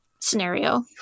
scenario